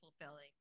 fulfilling